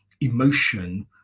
emotion